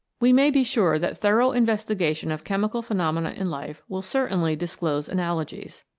we may be sure that thorough investigation of chemical phenomena in life will certainly disclose analogies.